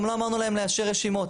גם לא אמרנו להם לאשר רשימות,